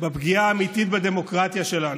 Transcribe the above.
נגד פגיעה אמיתית בדמוקרטיה שלנו.